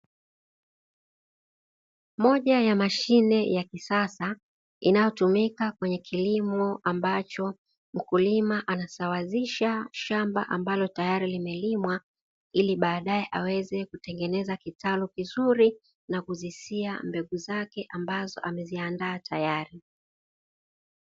moja ya mashine ya kisasa inayotumika kwenye kilimo ambacho mkulima anasawazisha shamba ambalo tayari limelimwa, ili baadaye aweze kutengeneza kitalu vizuri na kuzisia mbegu zake ambazo ameziandaa tayari.